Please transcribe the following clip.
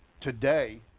today